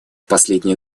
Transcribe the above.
последние